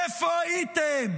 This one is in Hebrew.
איפה הייתם